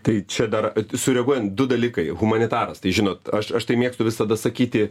tai čia dar sureaguojant du dalykai humanitaras tai žinot aš aš tai mėgstu visada sakyti